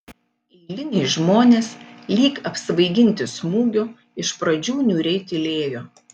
eiliniai žmonės lyg apsvaiginti smūgio iš pradžių niūriai tylėjo